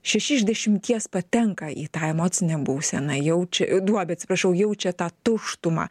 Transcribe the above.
šeši iš dešimties patenka į tą emocinę būseną jaučia duobę atsiprašau jaučia tą tuštumą